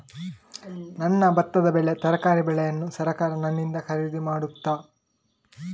ನನ್ನ ಭತ್ತದ ಬೆಳೆ, ತರಕಾರಿ ಬೆಳೆಯನ್ನು ಸರಕಾರ ನನ್ನಿಂದ ಖರೀದಿ ಮಾಡುತ್ತದಾ?